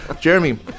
Jeremy